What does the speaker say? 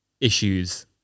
issues